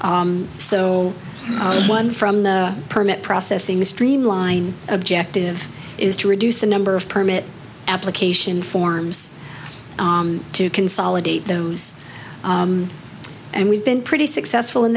so one from the permit processing the streamline objective is to reduce the number of permit application forms to consolidate those and we've been pretty successful in